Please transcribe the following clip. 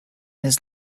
his